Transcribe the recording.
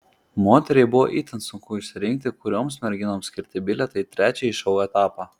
moteriai buvo itin sunku išsirinkti kurioms merginoms skirti bilietą į trečiąjį šou etapą